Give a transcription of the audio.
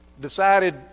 decided